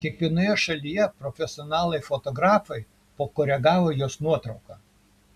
kiekvienoje šalyje profesionalai fotografai pakoregavo jos nuotrauką